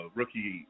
rookie